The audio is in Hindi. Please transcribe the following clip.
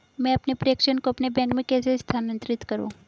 मैं अपने प्रेषण को अपने बैंक में कैसे स्थानांतरित करूँ?